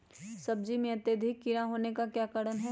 सब्जी में अत्यधिक कीड़ा होने का क्या कारण हैं?